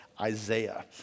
Isaiah